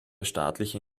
staatliche